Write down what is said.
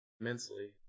Immensely